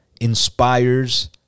inspires